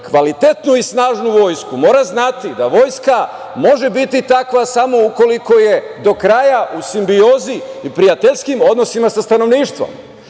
kvalitetnu i snažnu vojsku, mora znati da vojska može biti takva samo ukoliko je do kraja u simbiozi i prijateljskim odnosima sa stanovništvom. Dakle,